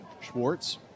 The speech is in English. Schwartz